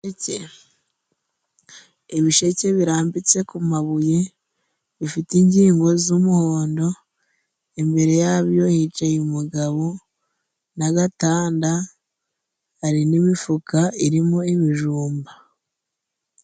Iki ibisheke birambitse ku mabuye bifite ingingo z'umuhondo imbere yabyo hicaye umugabo n'agatanda hari n'imifuka irimo ibijumba.